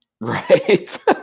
Right